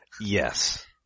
Yes